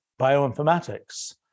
bioinformatics